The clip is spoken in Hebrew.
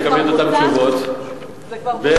תקבלי את אותן תשובות, ב.